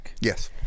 Yes